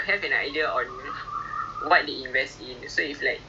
but which is which might not be very halal link assets so